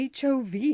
HOV